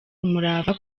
umurava